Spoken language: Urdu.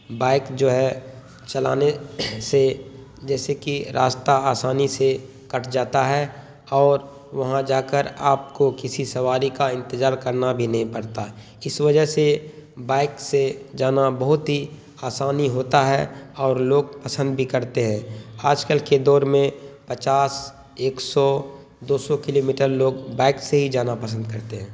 بائک جو ہے چلانے سے جیسے کہ راستہ آسانی سے کٹ جاتا ہے اور وہاں جا کر آپ کو کسی سواری کا انتظار کرنا بھی نہیں پڑتا اس وجہ سے بائک سے جانا بہت ہی آسانی ہوتا ہے اور لوگ پسند بھی کرتے ہیں آج کل کے دور میں پچاس ایک سو دو سو کلو میٹر لوگ بائک سے ہی جانا پسند کرتے ہیں